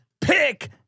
Pick